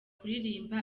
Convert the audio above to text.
kuririmba